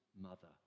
mother